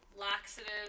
Laxatives